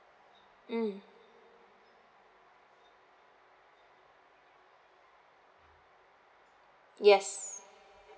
mm yes